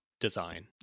design